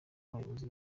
abayobozi